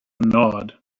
nod